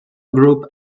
group